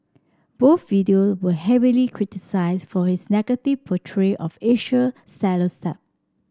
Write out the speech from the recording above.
both video were heavily criticised for his negative portrayal of Asian stereotype